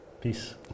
Peace